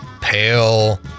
pale